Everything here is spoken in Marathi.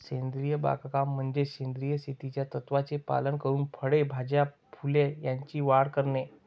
सेंद्रिय बागकाम म्हणजे सेंद्रिय शेतीच्या तत्त्वांचे पालन करून फळे, भाज्या, फुले यांची वाढ करणे